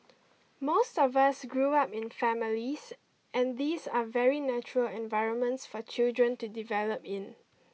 most of us grew up in families and these are very natural environments for children to develop in